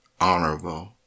honorable